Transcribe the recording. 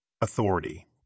Authority